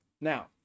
Now